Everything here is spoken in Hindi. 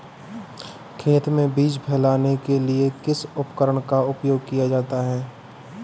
खेत में बीज फैलाने के लिए किस उपकरण का उपयोग किया जा सकता है?